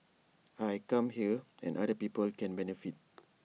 I come here and other people can benefit